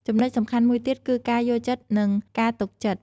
ចំណុចសំខាន់មួយទៀត គឺការយល់ចិត្ត និងការទុកចិត្ត។